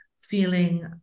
feeling